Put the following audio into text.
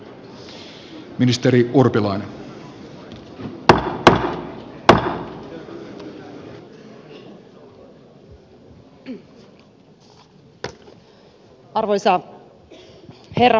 arvoisa herra puhemies